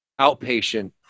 outpatient